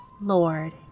Lord